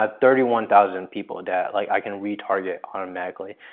um thirty one thousand people that like i can re-target automatically.